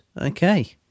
okay